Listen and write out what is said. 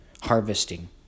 harvesting